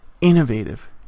innovative